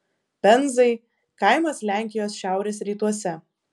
penzai kaimas lenkijos šiaurės rytuose